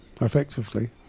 effectively